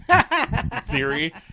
theory